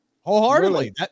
wholeheartedly